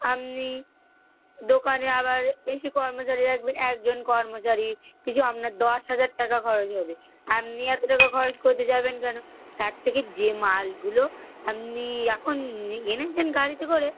আপনি দোকানে আবার বেশি কর্মচারী রাখবেন একজন কর্মচারী পিছু আপনার দশ হাজার টাকা খরচ হবে আপনি এত টাকা খরচ করতে যাবেন কেন তার থেকে যে মালগুলো আপনি এখন এই এনেছেন গাড়িতে করে